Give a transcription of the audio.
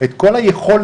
זה יהיה דיון כללי שיתייחס